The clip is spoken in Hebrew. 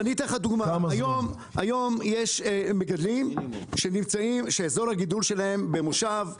אני אתן לך דוגמה: יש מגדלים שאזור הגידול שלהם הוא במושב אביבים.